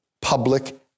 public